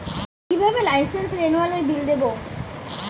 কিভাবে লাইসেন্স রেনুয়ালের বিল দেবো?